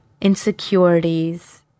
insecurities